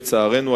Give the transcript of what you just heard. לצערנו,